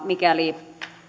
mikäli